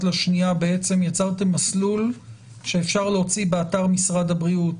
לשנייה בעצם יצרתם מסלול שאפשר להוציא באתר משרד הבריאות